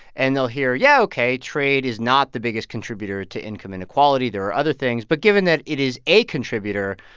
and they'll hear, yeah, ok, trade is not the biggest contributor to income inequality there are other things. but given that it is a contributor,